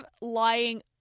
lying